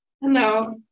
Hello